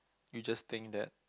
you just think that